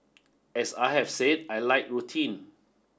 as I have said I like routine